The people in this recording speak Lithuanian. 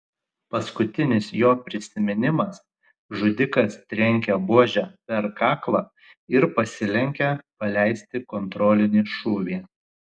paskutinis jo prisiminimas žudikas trenkia buože per kaklą ir pasilenkia paleisti kontrolinį šūvį